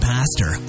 Pastor